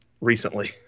recently